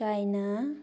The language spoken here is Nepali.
चाइना